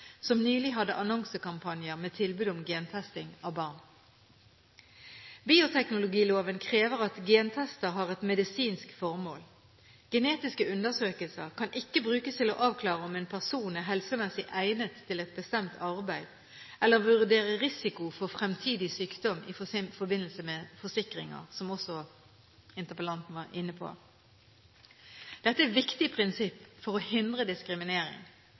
som nylig hadde annonsekampanjer med tilbud om gentesting av barn. Bioteknologiloven krever at gentester har et medisinsk formål. Genetiske undersøkelser kan ikke brukes til å avklare om en person er helsemessig egnet til et bestemt arbeid, eller til å vurdere risiko for fremtidig sykdom i forbindelse med forsikringer, noe også interpellanten var inne på. Dette er viktige prinsipper for å hindre diskriminering.